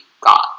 got